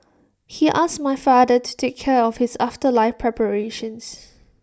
he asked my father to take care of his afterlife preparations